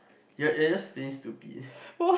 you're you're just being stupid